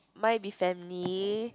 might be family